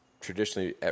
traditionally